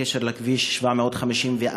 בקשר לכביש 754,